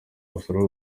basure